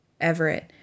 Everett